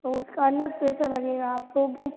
तो उसका अलग पैसा लगेगा आप को ओके